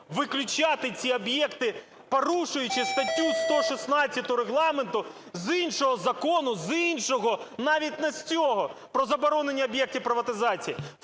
виключати ці об'єкти, порушуючи статтю 116 Регламенту з іншого закону, з іншого, навіть не з цього, про забороні об'єкти приватизації,